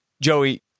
Joey